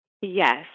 Yes